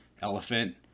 elephant